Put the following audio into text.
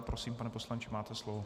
Prosím, pane poslanče, máte slovo.